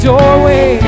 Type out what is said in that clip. Doorway